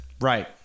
Right